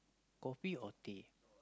kopi or teh